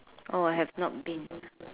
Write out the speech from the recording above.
oh I have not been